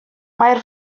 mae